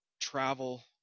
travel